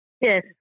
Yes